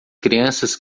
crianças